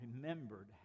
remembered